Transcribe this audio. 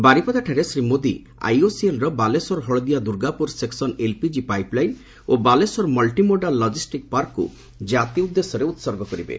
ବାରିପଦାଠାରେ ଶ୍ରୀ ମୋଦି ଆଇଓସିଏଲ୍ର Baleshwar Haldia Durgapur section LPG pipeline ଓ Baleshwar multi modal logistic ପାର୍କକୁ କାତି ଉଦ୍ଦେଶ୍ୟରେ ଉତ୍ସର୍ଗ କରିବେ